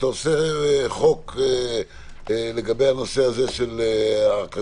כשאתה עושה חוק לגבי הנושא של הרכשה,